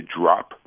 drop